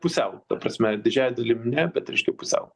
pusiau ta prasme didžiąja dalim ne bet reiškia pusiau